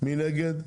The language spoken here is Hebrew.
מי נגד?